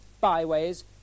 byways